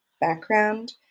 background